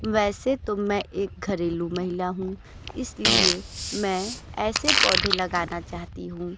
वैसे तो मैं एक घरेलू महिला हूँ इसलिए मैं ऐसे पौधे लगाना चाहती हूँ